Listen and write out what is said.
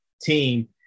team